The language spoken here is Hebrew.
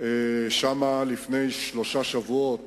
לפני שלושה שבועות